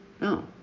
No